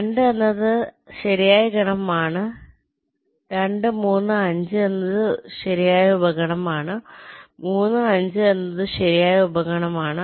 2 എന്നത് ശരിയായ ഗണമാണ് 2 3 5 എന്നത് ശരിയായ ഉപഗണമാണ് 3 5 എന്നത് ശരിയായ ഉപഗണമാണ്